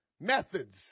methods